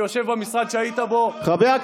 אני יושב במשרד שהיית בו,